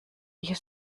ihr